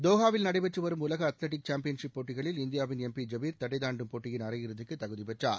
தோகாவில் நடைபெற்று வரும் உலக அத்தவடிக் சேம்பியன்ஷிப் போட்டிகளில் இந்தியாவின் எம் பி ஜபீர் தடை தாண்டும் போட்டியின் அரையிறுதிக்கு தகுதி பெற்றார்